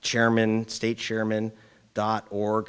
chairman state chairman dot org